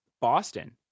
Boston